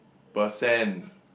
percent